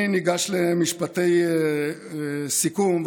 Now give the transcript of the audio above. אני ניגש למשפטי סיכום,